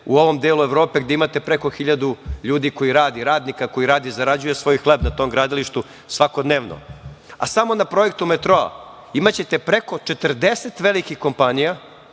u ovom delu Evrope, gde imate preko 1.000 ljudi koji rade, radnika koji rade i zarađuju svoj hleb na tom gradilištu svakodnevno. Samo na projektu metroa imaćete preko 40 velikih kompanija